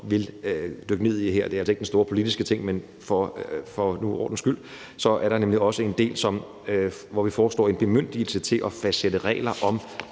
vil dykke ned i her. Det er altså ikke den store politiske ting, men det er for god ordens skyld. Der er nemlig også en del, hvor vi foreslår en bemyndigelse til at fastsætte regler om